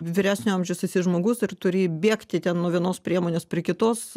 vyresnio amžiaus esi žmogus ir turi bėgti ten nuo vienos priemonės prie kitos